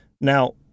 Now